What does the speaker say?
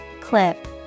clip